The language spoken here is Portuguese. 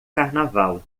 carnaval